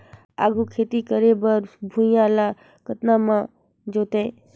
आघु खेती करे बर भुइयां ल कतना म जोतेयं?